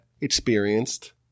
experienced